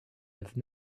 have